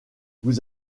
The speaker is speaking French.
vous